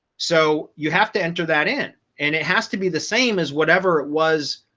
so you have to enter that in. and it has to be the same as whatever it was.